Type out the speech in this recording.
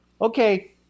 okay